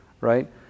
right